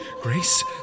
Grace